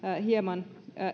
hieman